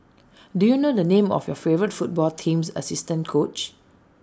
do you know the name of your favourite football team's assistant coach